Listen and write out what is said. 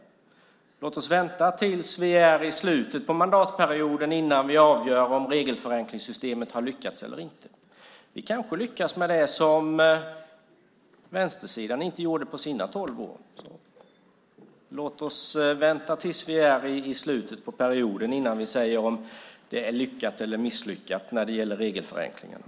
Låt oss därför vänta till slutet av mandatperioden innan vi avgör om vi lyckats med regelförenklingssystemet eller inte. Vi kanske lyckas med det som vänstersidan inte lyckades med under sina tolv år vid makten. Låt oss vänta tills vi är i slutet av perioden innan vi säger att regelförenklingsarbetet är lyckat eller misslyckat.